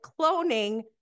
cloning